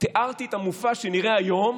תיארתי את המופע שנראה היום.